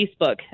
Facebook